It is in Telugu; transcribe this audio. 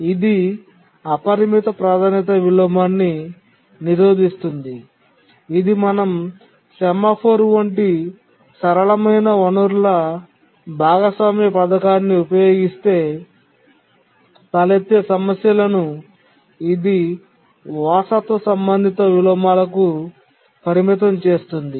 ఇది అపరిమిత ప్రాధాన్యత విలోమాన్ని నిరోధిస్తుంది ఇది మనం సెమాఫోర్ వంటి సరళమైన వనరుల భాగస్వామ్య పథకాన్ని ఉపయోగిస్తే తలెత్తే సమస్యలను ఇది వారసత్వ సంబంధిత విలోమాలకు పరిమితం చేస్తుంది